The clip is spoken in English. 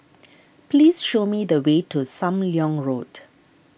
please show me the way to Sam Leong Road